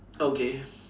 okay